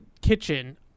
kitchen